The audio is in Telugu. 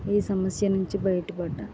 ఈ సమస్య నుంచి బయటపడ్డాను